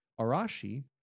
Arashi